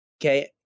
okay